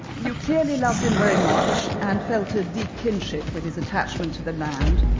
you clearly loved him very much, and felt a deep kinship with his attachment to the land,